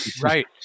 Right